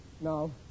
No